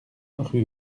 rue